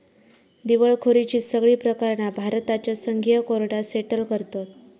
दिवळखोरीची सगळी प्रकरणा भारताच्या संघीय कोर्टात सेटल करतत